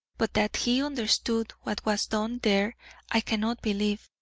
but that he understood what was done there i cannot believe,